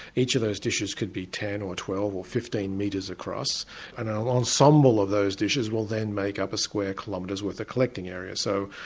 each of those dishes could be ten or twelve or fifteen metres across, and an ensemble of those dishes will then make up a square kilometres worth of ah collecting area. so,